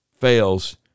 fails